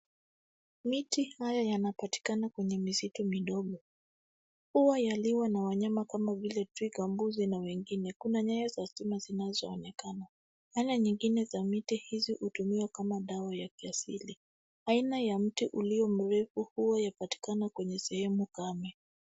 Miti haya yanapatikana kwenye misitu midogo. Huwa yaliwa na wanyama kama vile twiga, mbuzi na wengine. Kuna nyaya za stima zinazoonekana. Aina nyingine za miti hizi hutumiwa kama dawa ya kiasili. Aina ya mti ulio mrefu huwa yapatikana kwenye sehemu kame.